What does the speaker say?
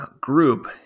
group